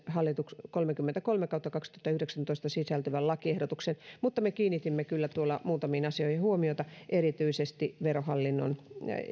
hallituksen esitykseen kolmekymmentäkolme kautta kahdentuhannenyhdeksäntoista sisältyvän lakiehdotuksen mutta me kiinnitimme kyllä tuolla muutamiin asioihin huomiota erityisesti verohallinnon